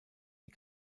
die